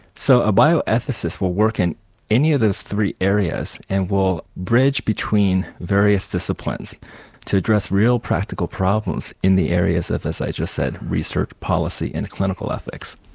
so a bioethicist will work in any of those three areas and will bridge between various disciplines to address real practical problems in the areas as i just said, research policy and clinical ethics.